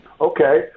Okay